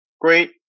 great